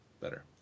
better